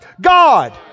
God